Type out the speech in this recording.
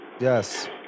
Yes